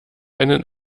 einen